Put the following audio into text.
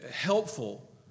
helpful